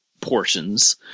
portions